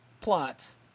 plots